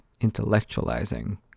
intellectualizing